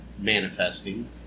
manifesting